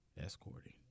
escorting